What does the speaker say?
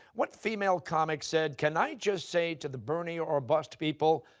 what female comic said, can i just say to the bernie or or bust people,